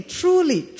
truly